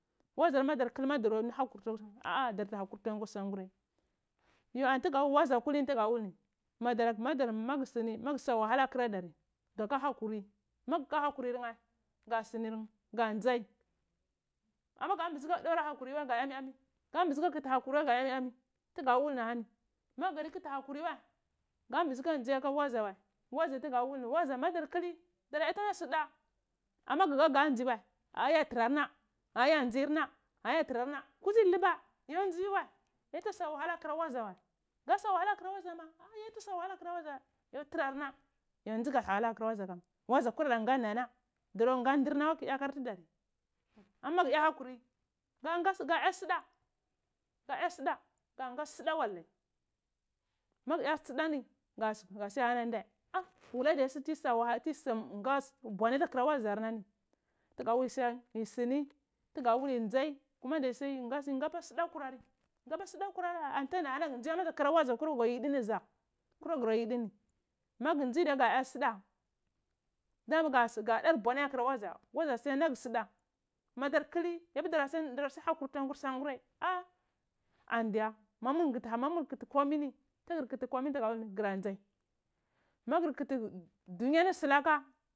Wazar ma dar kuli mo ɗordiya harku tuny akwai sangurai yo antugu wul waza kulinini magu suni magus a wahala ata kuradari gha ka hakuri magu ka hakurir nheh ga sunar nheh ngu nzal ama ga mbigi ka dira hakuri wai oma ga nzir nheh gambizi ka kuti hakuri nheh tuga wul nhi maguta kitii hakuri wai gammbizi kan nzi aka waza wai waza tuga wul ni madar kuli duratu yonaghe sur dha ah ah gu ha ga nzi wai ah ah ya tarar na ah ya nzima ah ya taror nha truɗzi ki luba kudzo ki ngirna yatu sa wahala ato hura wazarma aasa wahala ata teuro waza wama ah ah yata sa wahala ata teura wazo wama ah ah yata su wahala ata kurao waza wai yo toror na no ndigir waza hurodah ngha nana dora ngardhi yo aruka yu hi ka tudar ah ma maguya hakuri gun ga ga yu suda ga ya soda nga ga sudai wahahi magu ya sudai ni gon siyakur ala ndhe wula diya suti sa wahala tis u bwanai ata kura waziyarni togo da wul tini yisini tugo da wul yin zi yisi yi gaba suga kur ori gu ngaba sudo kurari a ant yi hana glrh aga ndzi atu kra waza kuro go yidi ni tsuwai kuro guro yidini magu ndzi diya gurango suda dama go dar buvonoi ahuro waza aza asunwo nagu su da madar kli yapir dora sunwa hakur tuni akwi songurai ah ani diyo momu ngiti amo mur puti omai ni tigir tati komai ni diya gura ndza magur kuti dunyo ni sulaka.